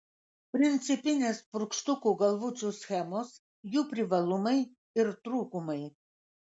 principinės purkštukų galvučių schemos jų privalumai ir trūkumai